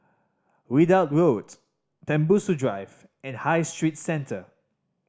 Ridout Road Tembusu Drive and High Street Centre